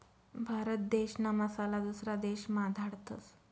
भारत देशना मसाला दुसरा देशमा धाडतस